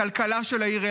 הכלכלה של העיר,